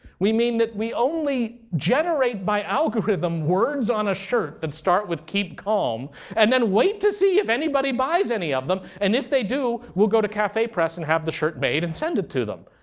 we mean that we only generate by algorithm words on a shirt that start with keep calm and then wait to see if anybody buys any of them. and if they do, we'll go to cafepress and have the shirt made and send it to them.